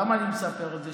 למה אני מספר את זה?